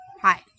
Hi